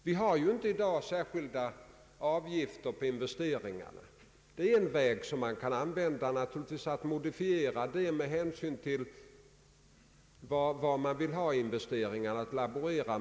Det uttas ju inte i dag några särskilda avgifter för industriinvesteringarna. Men det är en väg som kan användas för att modifiera Ang. regionalpolitiken det hela.